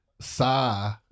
sigh